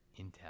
Intel